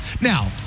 Now